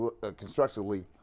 constructively